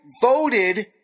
voted